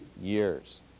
years